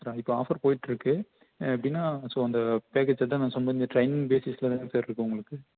sir இப்போ offer போயிட்டுருக்கு எப்படின்னா ஸோ அந்த பேக்கேஜை தான் சொன்னேன் ட்ரைனிங் பேஸிஸில் தான் சார் இருக்கு உங்களுக்கு